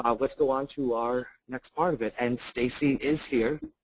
um let's go onto our next part of it and stacey is here.